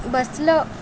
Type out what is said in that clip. బస్లో